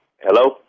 Hello